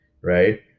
Right